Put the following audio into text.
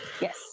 yes